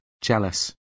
jealous